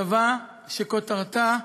כתבה שכותרתה: